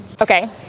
Okay